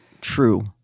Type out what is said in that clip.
true